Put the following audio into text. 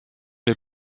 les